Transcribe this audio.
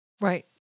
right